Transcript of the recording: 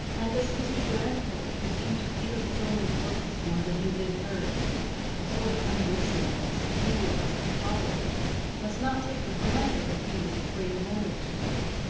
and this mr. grandcourt, who seemed to feel his own importance more than he did hers a sort of unreasonableness few of us can tolerate must not take for granted that he was of great moment to her,